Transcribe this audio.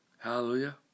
Hallelujah